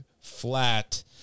flat